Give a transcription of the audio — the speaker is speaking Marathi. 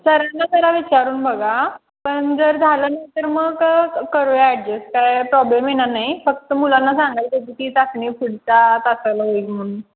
सरांना जरा विचारून बघा पण जर झालं नाही तर मग करूया ॲडजस्ट काही प्रॉब्लेम येणार नाही फक्त मुलांना सांगाल की ती चाचणी पुढच्या तासाला होईल म्हणून